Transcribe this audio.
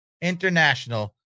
international